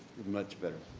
much better.